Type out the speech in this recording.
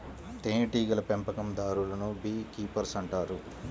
తేనెటీగల పెంపకందారులను beekeepers అంటారు